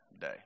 day